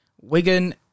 Wigan